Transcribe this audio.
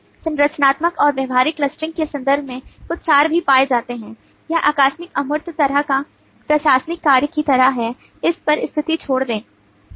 संरचनात्मक और व्यवहारिक क्लस्टरिंग के संदर्भ में कुछ सार भी पाए जाते हैं यह आकस्मिक अमूर्त तरह का प्रशासनिक कार्य की तरह है इस पर स्थिति छोड़ दें